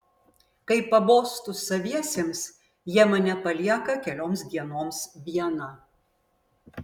kai pabostu saviesiems jie mane palieka kelioms dienoms vieną